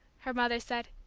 her mother said,